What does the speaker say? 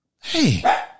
Hey